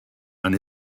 and